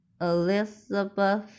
Elizabeth